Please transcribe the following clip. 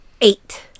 eight